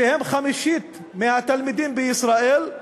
שהם חמישית מהתלמידים בישראל,